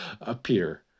appear